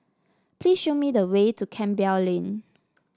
please show me the way to Campbell Lane